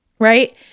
Right